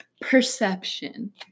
Perception